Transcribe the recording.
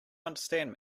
understand